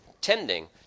tending